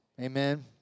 Amen